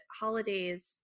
holidays